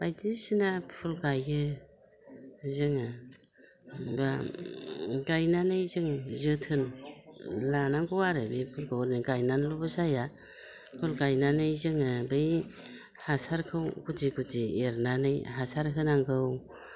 बायदिसिना फुल गायो जोङो बा गायनानै जों जोथोन लानांगौ आरो बेफोरखौ गायनानैल'बो जाया फुल गायनानै जोङो बै हासारखौ गुदि गदि एरनानै हासार होनांगौ